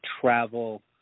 travel